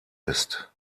ist